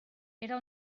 era